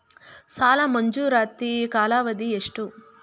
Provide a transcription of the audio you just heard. ಸಾಲ ಮಂಜೂರಾತಿ ಕಾಲಾವಧಿ ಎಷ್ಟು?